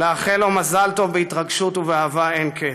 לאחל לו מזל טוב בהתרגשות ובאהבה אין קץ.